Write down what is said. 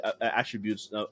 attributes